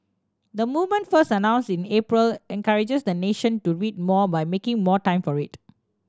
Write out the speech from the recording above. the movement first announce in April encourages the nation to read more by making more time for it